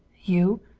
you?